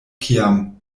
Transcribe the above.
kiam